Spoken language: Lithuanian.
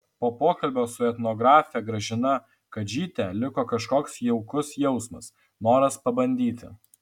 po pokalbio su etnografe gražina kadžyte liko kažkoks jaukus jausmas noras pabandyti